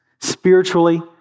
spiritually